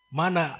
Mana